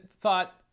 thought